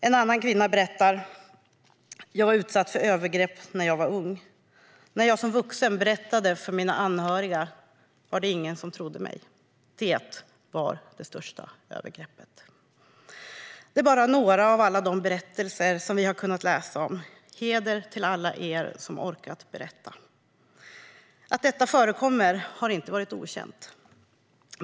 En annan kvinna berättar: Jag var utsatt för övergrepp när jag var ung. När jag som vuxen berättade om det för mina anhöriga var det ingen som trodde mig. Det var det största övergreppet. Det här är bara några av alla de berättelser som vi har kunnat läsa om. Heder till alla er som har orkat berätta. Att detta förekommer har inte varit okänt.